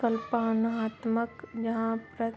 ਕਲਪਨਾਤਮਕ ਯਹਾਂਪਰ